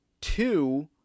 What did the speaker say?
two